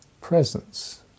presence